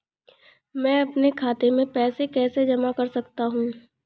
मैं अपने खाते में पैसे कैसे जमा कर सकता हूँ?